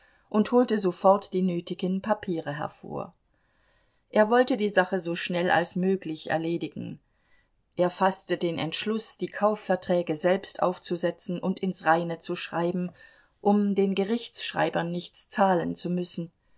und holte sofort die nötigen papiere hervor er wollte die sache so schnell als möglich erledigen er faßte den entschluß die kaufverträge selbst aufzusetzen und ins reine zu schreiben um den gerichtschreibern nichts zahlen zu müssen